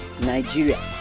Nigeria